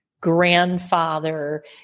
grandfather